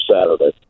Saturday